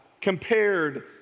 compared